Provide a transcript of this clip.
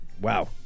Wow